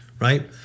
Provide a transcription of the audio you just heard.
right